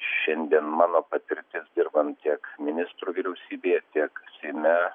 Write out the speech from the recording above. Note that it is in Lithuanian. šiandien mano patirtis dirbant tiek ministru vyriausybėje tiek seime